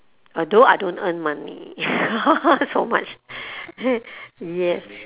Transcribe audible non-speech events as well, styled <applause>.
although I don't earn money <laughs> so much yes